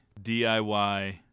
DIY